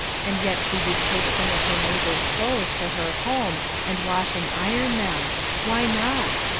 and yet she did take some of her neighbours' clothes to her home and wash and iron them why not?